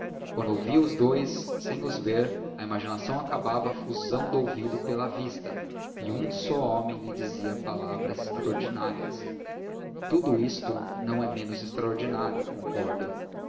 quando ouvia os dous sem os ver a imaginação acabava a fusão do ouvido pela da vista e um só homem lhe dizia palavras extraordinárias tudo isto não é menos extraordinário concordo